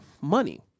money